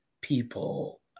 people